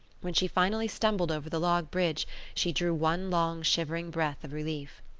when she finally stumbled over the log bridge she drew one long shivering breath of relief.